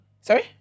sorry